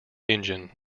engine